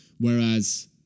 Whereas